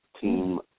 Team